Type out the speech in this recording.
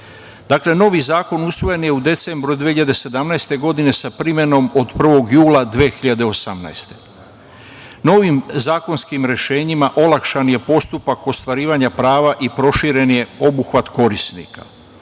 Dakle, novi zakon usvojen je u decembru 2017. godine sa primenom od 1. jula 2018. godine. Novim zakonskim rešenjima olakšan je postupak ostvarivanja prava i proširen je obuhvat korisnika,